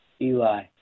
Eli